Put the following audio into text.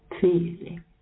feeling